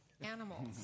animals